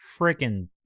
freaking